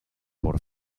por